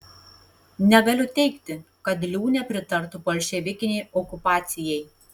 negaliu teigti kad liūnė pritartų bolševikinei okupacijai